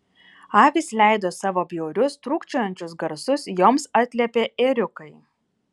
avys leido savo bjaurius trūkčiojančius garsus joms atliepė ėriukai